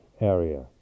area